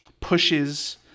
pushes